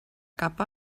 cap